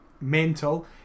mental